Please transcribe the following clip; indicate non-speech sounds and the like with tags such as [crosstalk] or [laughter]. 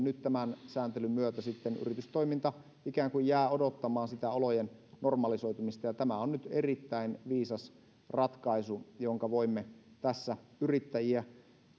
[unintelligible] nyt tämän sääntelyn myötä sitten yritystoiminta ikään kuin jää odottamaan sitä olojen normalisoitumista tämä on nyt erittäin viisas ratkaisu jonka voimme tässä yrittäjiä